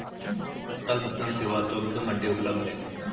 तत्काल भुगतान सेवा चोबीसों घंटे उपलब्ध है